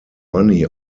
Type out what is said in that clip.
money